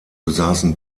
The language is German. besaßen